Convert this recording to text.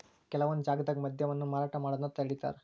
ಕೆಲವೊಂದ್ ಜಾಗ್ದಾಗ ಮದ್ಯವನ್ನ ಮಾರಾಟ ಮಾಡೋದನ್ನ ತಡೇತಾರ